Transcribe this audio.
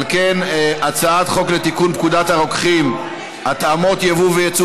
על כן הצעת חוק לתיקון פקודת הרוקחים (התאמות יבוא ויצוא